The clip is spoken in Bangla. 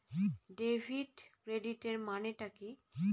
ডেবিট ক্রেডিটের মানে টা কি?